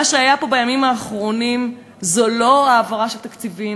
מה שהיה פה בימים האחרונים זו לא העברה של תקציבים,